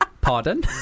pardon